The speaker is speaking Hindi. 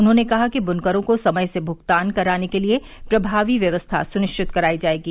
उन्होंने कहा कि बुनकरों को समय से भुगतान कराने के लिये प्रमावी व्यवस्था सुनिश्चित कराई जायेगी